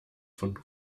von